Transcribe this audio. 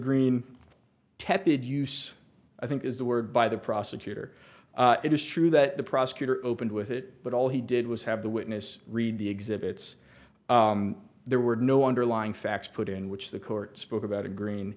tepid use i think is the word by the prosecutor it is true that the prosecutor opened with it but all he did was have the witness read the exhibits there were no underlying facts put in which the court spoke about a green